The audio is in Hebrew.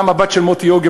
גם הבת של מוטי יוגב,